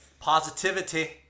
positivity